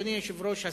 אדוני היושב-ראש,